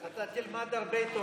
אתה תלמד הרבה תורה.